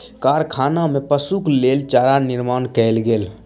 कारखाना में पशुक लेल चारा निर्माण कयल गेल